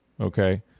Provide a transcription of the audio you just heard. Okay